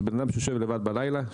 זה בן אדם שיושב לבד בלילה,